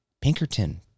pinkerton